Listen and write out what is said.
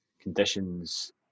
conditions